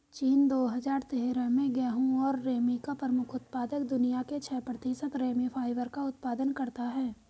चीन, दो हजार तेरह में गेहूं और रेमी का प्रमुख उत्पादक, दुनिया के छह प्रतिशत रेमी फाइबर का उत्पादन करता है